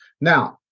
now